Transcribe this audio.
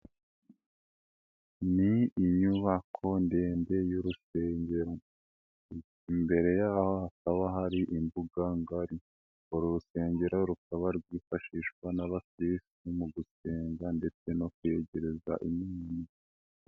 Ni inyubako ndende y'urusengero, imbere yaho hakaba hari imbuganga ngari, uru rusengero rukaba rwifashishwa n'abakirisitu mu gusenga ndetse no kweyegereza Imana.